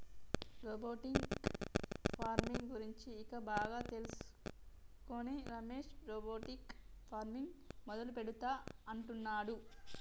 robotic farming గురించి ఇంకా బాగా తెలుసుకొని రమేష్ రోబోటిక్ ఫార్మింగ్ మొదలు పెడుతా అంటున్నాడు